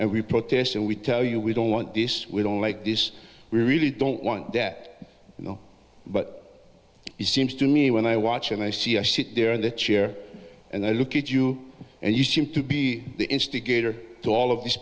we protest and we tell you we don't want this we don't like this we really don't want that you know but it seems to me when i watch and i see i sit there in the chair and i look at you and you seem to be the instigator to all of these